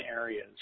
areas